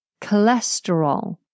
Cholesterol